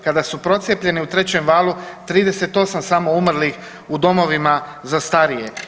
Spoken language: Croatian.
Kada su procijepljeni u trećem valu 38 samo umrlih u domovima za starije.